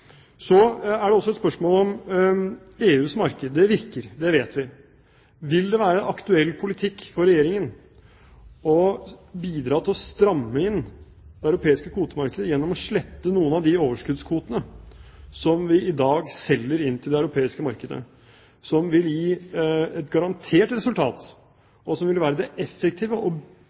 Så er det også et spørsmål om EUs marked – det virker, det vet vi. Vil det være en aktuell politikk for Regjeringen å bidra til å stramme inn det europeiske kvotemarkedet ved å slette noen av de overskuddskvotene som vi i dag selger inn til det europeiske markedet? Det vil gi et garantert resultat, og det vil være det mest effektive og